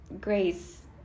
Grace